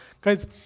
Guys